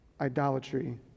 idolatry